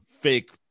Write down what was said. fake